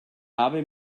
habe